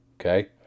Okay